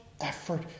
effort